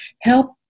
help